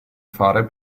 fare